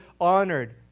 honored